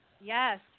Yes